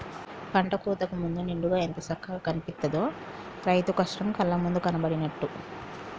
పంట కోతకు ముందు నిండుగా ఎంత సక్కగా కనిపిత్తదో, రైతు కష్టం కళ్ళ ముందు కనబడినట్టు